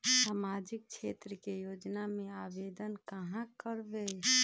सामाजिक क्षेत्र के योजना में आवेदन कहाँ करवे?